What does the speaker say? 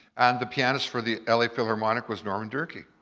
and the pianist for the la philharmonic was norman durkee.